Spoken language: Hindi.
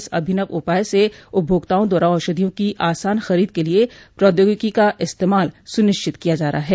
इस अभिनव उपाय से उपभोक्ताओं द्वारा औषधियों की आसान खरीद के लिए प्रौद्योगिकी का इस्तेमाल सूनिश्चित किया जा रहा है